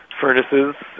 furnaces